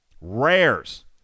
Rares